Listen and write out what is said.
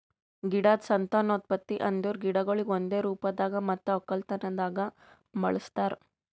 ಗಿಡದ್ ಸಂತಾನೋತ್ಪತ್ತಿ ಅಂದುರ್ ಗಿಡಗೊಳಿಗ್ ಒಂದೆ ರೂಪದಾಗ್ ಮತ್ತ ಒಕ್ಕಲತನದಾಗ್ ಬಳಸ್ತಾರ್